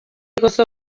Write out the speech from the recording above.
gozo